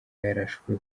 yarashwe